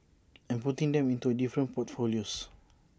and putting them into different portfolios